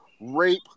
rape